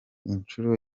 inshuro